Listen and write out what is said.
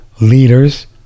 leaders